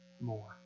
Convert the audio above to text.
more